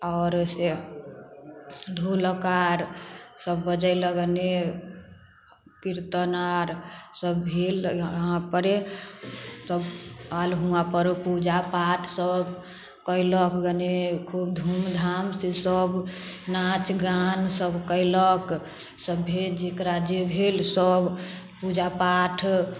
आओर से ढोलक आर सब बजेलक गने कीर्तन आर सब भेल यहाँ परे सब आयल वहाँ पर पूजा पाठ सब कयलक गने खूब धूम धाम सऽ सब नाच गान सब कयलक सब भेल जेकरा जे भेल सब पूजा पाठ